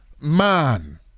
man